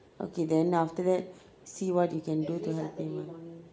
okay then after that see what you can do to help him ah